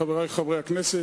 חברי חברי הכנסת,